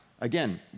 again